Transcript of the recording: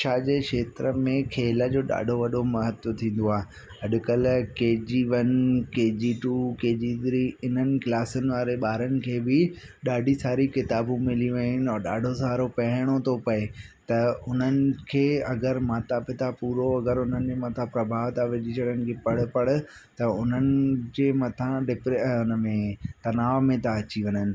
शिक्षा जे क्षेत्र में खेल जो ॾाढो वॾो महत्व थींदो आहे अॼुकल्ह K G one K G two K G three इन्हनि क्लासिन वारे ॿारनि खे बि ॾाढी सारी किताबूं मिली वियूं आहिनि ऐं ॾाढो सारो पढ़णो थो पए त उन्हनि खे अगरि माता पिता पूरो अगरि उन्हनि जे मथां प्रभाव था विझी छॾनि कि पढ़ पढ़ त उन्हनि जे मथां डिप्रे उन में तनाव में था अची वञनि